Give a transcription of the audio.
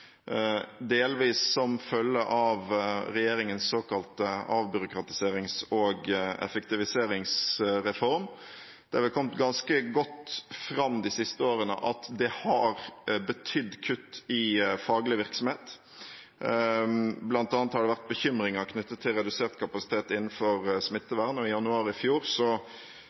delvis som følge av regjeringens såkalte avbyråkratiserings- og effektiviseringsreform. Det har vel kommet ganske godt fram de siste årene at det har betydd kutt i faglig virksomhet. Blant annet har det vært bekymringer knyttet til redusert kapasitet innenfor smittevern, og i januar i fjor